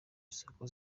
isoko